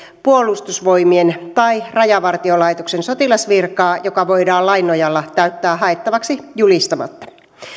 puolustusvoimien tai rajavartiolaitoksen sotilasvirkaa joka voidaan lain nojalla täyttää haettavaksi julistamatta